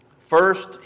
First